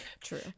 True